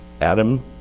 Adam